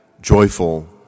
joyful